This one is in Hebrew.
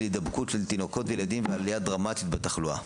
הידבקות תינוקות וילדים ועלייה דרמטית בתחלואה.